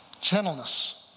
gentleness